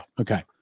okay